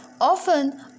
Often